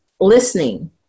listening